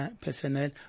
personnel